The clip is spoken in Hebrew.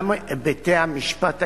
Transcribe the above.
גם היבטי המשפט העברי.